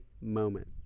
moment